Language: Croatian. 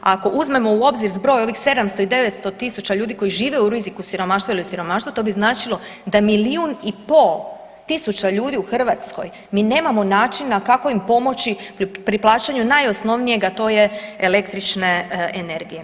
Ako uzmemo u obzir zbroj ovih 700 i 900 tisuća ljudi koji žive u riziku od siromaštva ili siromaštvu, to bi značilo da milijun i pol tisuća ljudi u Hrvatskoj, mi nemamo načina kako im pomoći pri plaćanju najosnovnijeg, a to je električne energije.